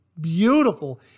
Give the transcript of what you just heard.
beautiful